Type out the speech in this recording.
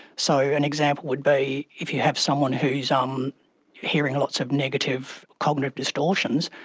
so an example would be if you have someone who is um hearing lots of negative cognitive distortions,